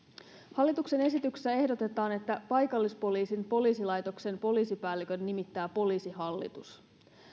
hallituksen esityksessä ehdotetaan että paikallispoliisin poliisilaitoksen poliisipäällikön nimittää poliisihallitus